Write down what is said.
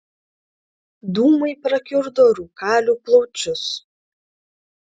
dūmai prakiurdo rūkalių plaučius